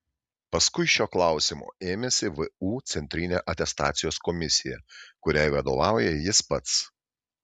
paskui šio klausimo ėmėsi vu centrinė atestacijos komisija kuriai vadovauja jis pats